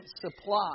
supply